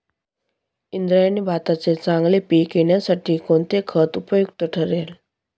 इंद्रायणी भाताचे चांगले पीक येण्यासाठी कोणते खत उपयुक्त ठरेल?